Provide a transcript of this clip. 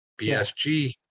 BSG